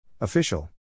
Official